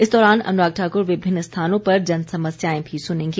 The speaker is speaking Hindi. इस दौरान अनुराग ठाकुर विभिन्न स्थानों पर जनसमस्याएं भी सुनेंगे